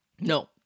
No